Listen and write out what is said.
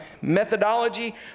methodology